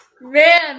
Man